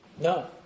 No